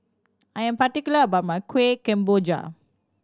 I am particular about my Kuih Kemboja